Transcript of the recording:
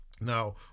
Now